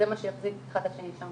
זה מה שהחזיק אחד את השני שם.